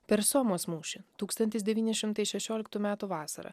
per somos mūšį tūkstantis devyni šimtai šešioliktų metų vasarą